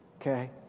okay